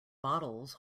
bottles